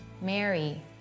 Mary